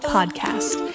Podcast